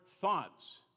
thoughts